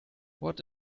what